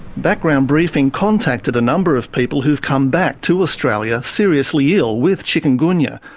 background briefing contacted a number of people who've come back to australia seriously ill with chikungunya,